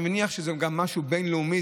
אני מניח שזה גם משהו בין-לאומי,